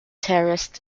terraced